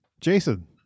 Jason